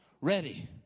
ready